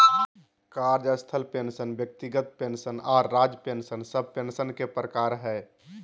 कार्यस्थल पेंशन व्यक्तिगत पेंशन आर राज्य पेंशन सब पेंशन के प्रकार हय